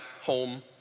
home